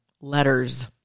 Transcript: letters